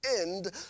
end